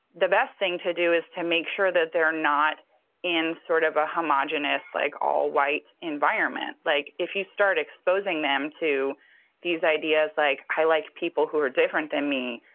the best thing to do is to make sure that they're not in sort of a homogenous, like, all-white environment. like, if you start exposing them to these ideas like i like people who are different than me,